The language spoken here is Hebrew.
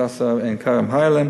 ב"הדסה עין-כרם" היה להם,